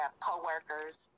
co-workers